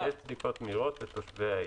יש בדיקות מהירות לתושבי העיר.